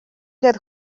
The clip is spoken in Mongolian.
дээр